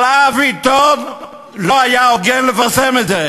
אבל אף עיתון לא היה הוגן לפרסם את זה.